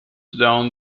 down